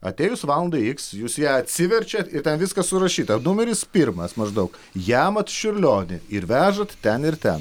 atėjus valandai x jūs ją atsiverčiat ir ten viskas surašyta numeris pirmas maždaug jamat čiurlionį ir vežat ten ir ten